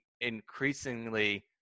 increasingly